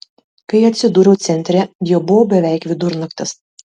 kai atsidūriau centre jau buvo beveik vidurnaktis